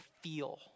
feel